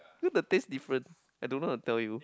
you know the taste different I don't know how to tell you